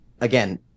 again